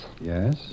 Yes